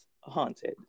haunted